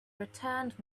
returned